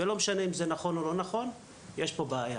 אז יש פה בעיה